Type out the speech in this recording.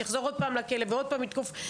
יחזור עוד פעם לכלא ועוד פעם יתקוף,